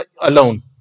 alone